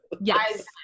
yes